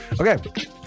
Okay